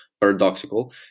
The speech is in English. paradoxical